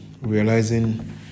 realizing